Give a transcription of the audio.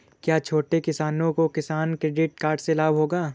क्या छोटे किसानों को किसान क्रेडिट कार्ड से लाभ होगा?